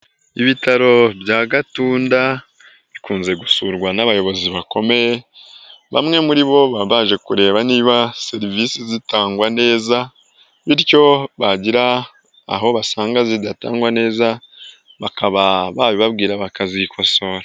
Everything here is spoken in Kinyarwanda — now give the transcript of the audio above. Ibitaro bya Gatunda bikunze gusurwa n'abayobozi bakomeye, bamwe muri bo baba baje kureba niba serivisi zitangwa neza, bityo bagira aho basanga zidatangwa neza bakaba babibabwira bakazikosora.